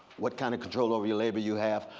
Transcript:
what kind of control over your labor you have.